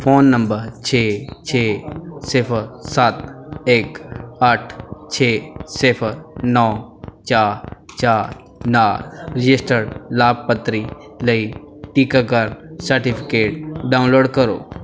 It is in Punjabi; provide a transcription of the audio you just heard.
ਫ਼ੋਨ ਨੰਬਰ ਛੇ ਛੇ ਸਿਫ਼ਰ ਸੱਤ ਇੱਕ ਅੱਠ ਛੇ ਸਿਫ਼ਰ ਨੌਂ ਚਾਰ ਚਾਰ ਨਾਲ ਰਜਿਸਟਰਡ ਲਾਭਪਾਤਰੀ ਲਈ ਟੀਕਾਕਰਨ ਸਰਟੀਫਿਕੇਟ ਡਾਊਨਲੋਡ ਕਰੋ